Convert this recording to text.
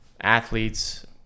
athletes